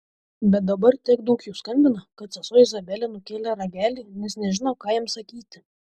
bet dabar tiek daug jų skambina kad sesuo izabelė nukėlė ragelį nes nežino ką jiems sakyti